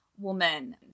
woman